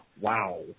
Wow